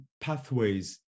pathways